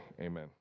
amen